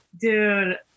Dude